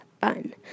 fun